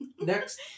next